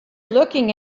looking